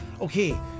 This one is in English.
Okay